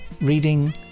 reading